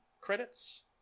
credits